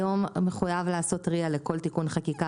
היום מחויב לעשות RIA לכל תיקון חקיקה